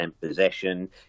possession